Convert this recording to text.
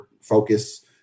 focus